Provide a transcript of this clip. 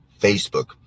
Facebook